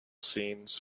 scenes